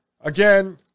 again